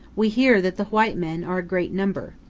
we hear that the white men are a great number.